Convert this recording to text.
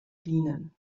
dienen